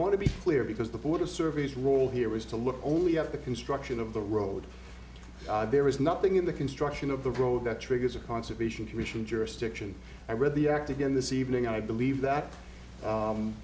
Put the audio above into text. want to be clear because the border surveys role here is to look only at the construction of the road there is nothing in the construction of the road that triggers a conservation commission jurisdiction i read the act again this evening i believe that